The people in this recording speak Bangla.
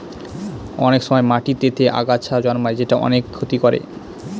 অনেক সময় মাটিতেতে আগাছা জন্মায় যেটা অনেক ক্ষতি করে